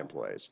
employees